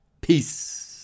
Peace